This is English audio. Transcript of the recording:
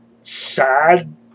sad